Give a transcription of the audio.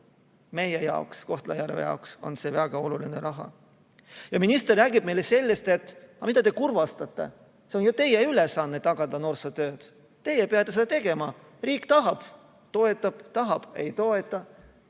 Meie jaoks, Kohtla-Järve jaoks, on see väga oluline raha. Minister räägib meile, et mida te kurvastate. See on ju teie ülesanne tagada noorsootööd, teie peate seda tegema, riik toetab, kui tahab, kui ei